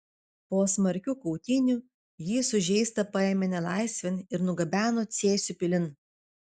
po smarkių kautynių jį sužeistą paėmė nelaisvėn ir nugabeno cėsių pilin